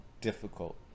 difficult